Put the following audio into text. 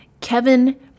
Kevin